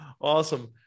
awesome